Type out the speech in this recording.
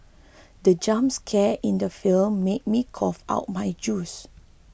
the jump scare in the film made me cough out my juice